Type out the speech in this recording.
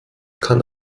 kann